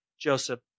Joseph